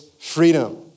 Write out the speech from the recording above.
freedom